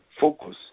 Focus